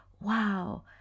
wow